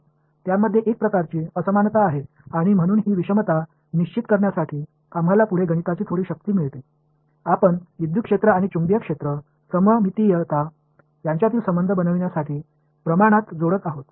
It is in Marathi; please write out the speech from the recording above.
तर त्यामध्ये एक प्रकारची असमानता आहे आणि म्हणून ही विषमता निश्चित करण्यासाठी आम्हाला पुढे गणिताची थोडी शक्ती मिळते आपण विद्युत क्षेत्र आणि चुंबकीय क्षेत्र सममितीयता यांच्यातील संबंध बनवण्यासाठी प्रमाणात जोडत आहोत